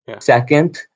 Second